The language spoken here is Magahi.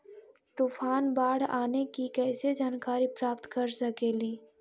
तूफान, बाढ़ आने की कैसे जानकारी प्राप्त कर सकेली?